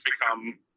become